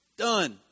done